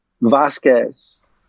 Vasquez